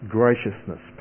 graciousness